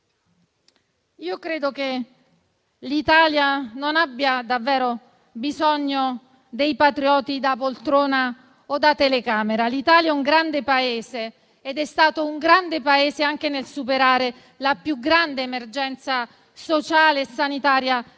Io credo che l'Italia non abbia davvero bisogno dei patrioti da poltrona o da telecamera. L'Italia è un grande Paese ed è stato un grande Paese anche nel superare la più grande emergenza sociale e sanitaria